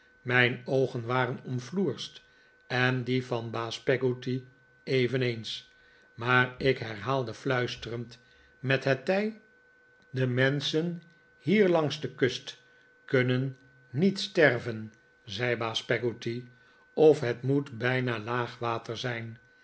mijn oogen waren omfloerst en die van baas peggotty eveneens maar ik herhaalde fluisterend met het tij de menschen hier langs de kust kunnen niet sterven zei baas peggotty of het moet bijna laag water zijn